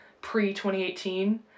pre-2018